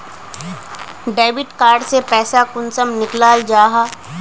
Debit card से पैसा कुंसम निकलाल जाहा?